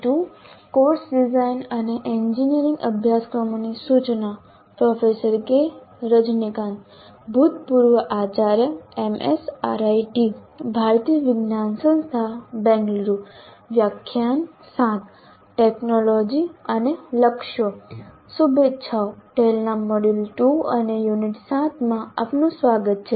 શુભેચ્છાઓ TALE ના module 2 unit 7 માં આપનું સ્વાગત છે